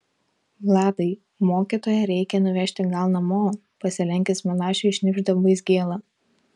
vladai mokytoją reikia nuvežti gal namo pasilenkęs milašiui šnibžda vaizgėla